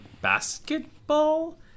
basketball